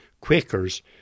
Quaker's